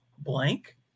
blank